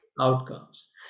outcomes